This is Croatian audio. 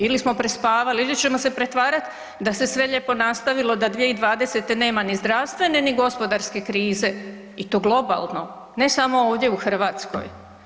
Ili smo prespavali ili ćemo se pretvarati da se sve lijepo nastavilo da 2020. nema ni zdravstvene, ni gospodarske krize i to globalno ne samo ovdje u Hrvatskoj.